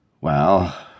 Well